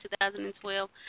2012